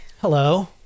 Hello